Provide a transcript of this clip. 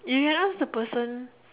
you can ask the person